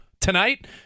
Tonight